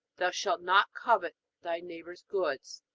thou shalt not covet thy neighbor's goods.